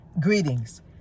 Greetings